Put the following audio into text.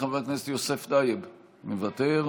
חבר הכנסת יוסף טייב, מוותר,